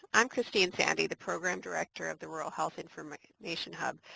i'm kristine sande, the the program director of the rural health information hub,